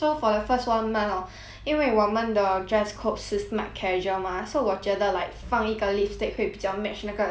因为我们的 dress code 是 smart casual mah so 我觉得 like 放一个 lipstick 会比较 match 那个 smart casual 的 dress code lah